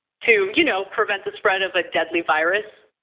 to you know, prevent the spread of a deadly virus?